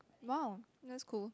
!wow! that's cool